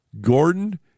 Gordon